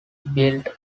built